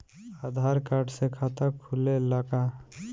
आधार card से खाता खुले ला का?